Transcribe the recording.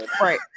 right